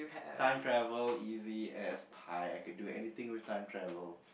time travel easy as pie I can do everything with time travel